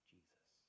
Jesus